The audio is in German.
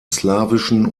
slawischen